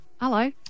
Hello